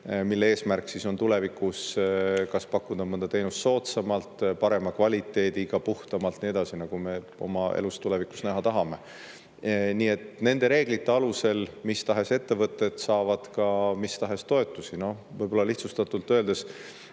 mille eesmärk on tulevikus kas pakkuda mõnda teenust soodsamalt, parema kvaliteediga, puhtamalt ja nii edasi, nagu me oma elus tulevikus näha tahame. Nii et nende reeglite alusel mistahes ettevõtted saavad ka mistahes toetusi. Lihtsustatult öeldes,